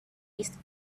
east